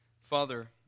Father